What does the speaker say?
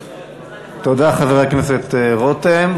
תודה, חבר הכנסת רותם.